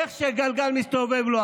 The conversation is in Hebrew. איך שגלגל מסתובב לו.